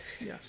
Yes